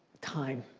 time.